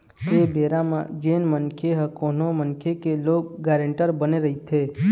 ऐ बेरा म जेन मनखे ह कोनो मनखे के लोन गारेंटर बने रहिथे